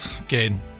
again